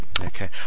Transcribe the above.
Okay